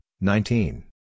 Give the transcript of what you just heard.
nineteen